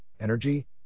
energy